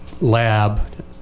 lab